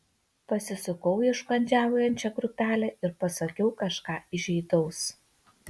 pasisukau į užkandžiaujančią grupelę ir pasakiau kažką įžeidaus